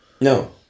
No